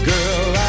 Girl